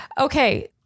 Okay